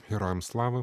tėvams labai